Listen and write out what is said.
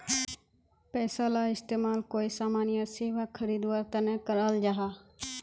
पैसाला इस्तेमाल कोए सामान या सेवा खरीद वार तने कराल जहा